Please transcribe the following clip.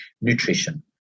nutrition